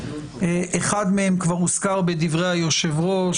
אחד מהם כבר הוזכר בדברי היושב-ראש,